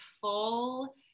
full